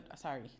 Sorry